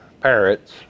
parrots